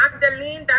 Magdalene